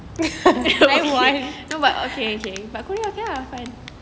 no but okay okay but korea okay lah kan